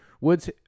Woods